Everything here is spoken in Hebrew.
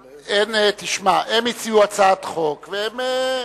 תשמע, הם הציעו הצעת חוק, והם,